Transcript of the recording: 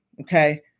Okay